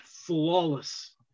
flawless